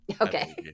Okay